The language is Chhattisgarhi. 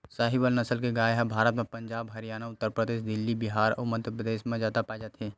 साहीवाल नसल के गाय ह भारत म पंजाब, हरयाना, उत्तर परदेस, दिल्ली, बिहार अउ मध्यपरदेस म जादा पाए जाथे